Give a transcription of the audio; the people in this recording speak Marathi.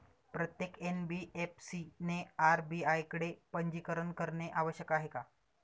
प्रत्येक एन.बी.एफ.सी ने आर.बी.आय कडे पंजीकरण करणे आवश्यक आहे का?